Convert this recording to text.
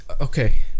Okay